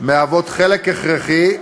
מהוות חלק הכרחי,